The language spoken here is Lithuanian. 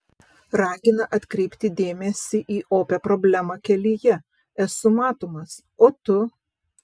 ragina atkreipti dėmesį į opią problemą kelyje esu matomas o tu